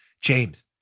James